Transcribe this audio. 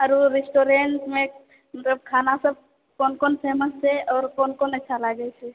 आओरो रेस्टोरेंटमे मतलब खानासभ कोन कोन फेमस छै आओर कोन कोन अच्छा लागैत छै